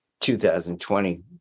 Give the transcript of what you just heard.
2020